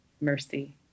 mercy